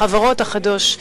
החברות החדשניות.